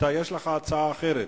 יש לך הצעה אחרת?